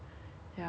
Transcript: ya but